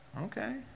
Okay